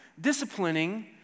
disciplining